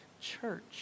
church